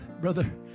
Brother